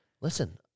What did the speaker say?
listen